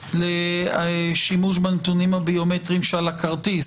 לשימוש בנתונים הביומטריים שעל הכרטיס,